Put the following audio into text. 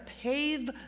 pave